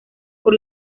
por